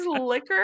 liquor